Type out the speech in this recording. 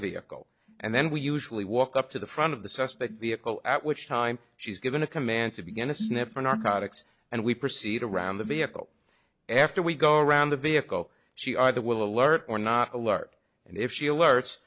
vehicle and then we usually walk up to the front of the suspect vehicle at which time she's given a command to begin to sniff for narcotics and we proceed around the vehicle after we go around the vehicle she either will alert or not alert and if she alerts